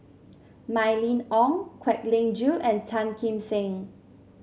Mylene Ong Kwek Leng Joo and Tan Kim Seng